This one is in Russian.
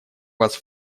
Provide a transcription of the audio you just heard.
вас